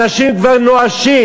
אנשים כבר נואשים.